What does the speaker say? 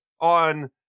on